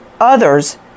others